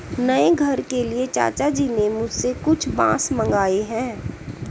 नए घर के लिए चाचा जी ने मुझसे कुछ बांस मंगाए हैं